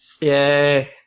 Yay